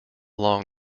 long